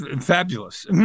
Fabulous